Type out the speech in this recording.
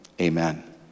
amen